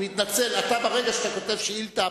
ברגע שאתה כותב שאילתא,